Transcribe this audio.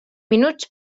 minuts